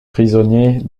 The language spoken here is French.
prisonniers